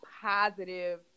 positive